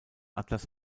atlas